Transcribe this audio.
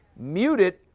mute it,